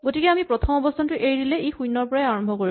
গতিকে আমি প্ৰথম অৱস্হানটো এৰি দিলে ই শূণ্যৰ পৰা আৰম্ভ কৰিব